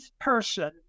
person